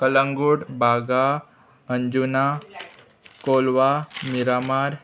Calangute Baga Anjuna Colva Miramar